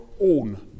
own